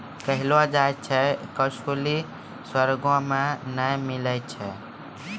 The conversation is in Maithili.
कहलो जाय छै जे कसैली स्वर्गो मे नै मिलै छै